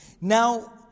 Now